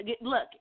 Look